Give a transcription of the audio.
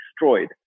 destroyed